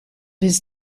his